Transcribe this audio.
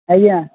ଆଜ୍ଞା